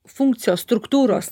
funkcijos struktūros